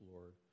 Lord